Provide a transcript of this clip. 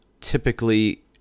typically